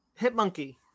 Hitmonkey